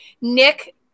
nick